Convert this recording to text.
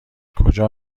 کجا